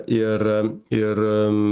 ir ir